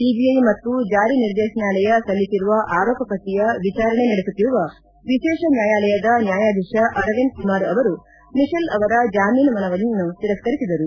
CBI ಮತ್ತು ಜಾರಿನಿರ್ದೇಶನಾಲಯ ಸಲ್ಲಿಸಿರುವ ಆರೋಪ ಪಟ್ಷಯ ವಿಚಾರಣೆ ನಡೆಸುತ್ತಿರುವ ವಿಶೇಷ ನ್ಹಾಯಾಲಯದ ನ್ಹಾಯಾಧೀಶ ಅರವಿಂದ್ ಕುಮಾರ್ ಅವರು ಮಿಶೆಲ್ ಅವರ ಜಾಮೀನು ಮನವಿಯನ್ನು ತಿರಸ್ತರಿಸಿದರು